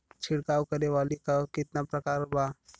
छिड़काव करे वाली क कितना प्रकार बा?